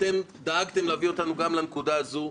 אתם דאגתם להביא אותנו גם לנקודה הזו,